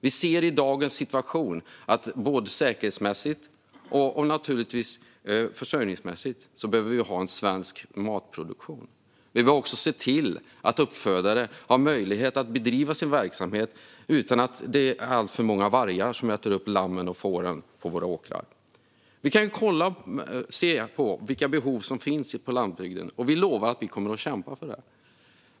Vi ser i dagens situation att vi både säkerhetsmässigt och naturligtvis försörjningsmässigt behöver ha en svensk matproduktion. Vi behöver också se till att uppfödare har möjlighet att bedriva sin verksamhet utan att det är alltför många vargar som äter upp lammen och fåren på våra åkrar. Vi ska se på vilka behov som finns på landsbygden, och vi lovar att vi kommer att kämpa för att tillgodose dem.